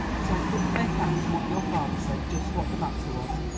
but i couldn't make out from what your father said just what the matter was.